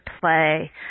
play